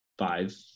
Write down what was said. Five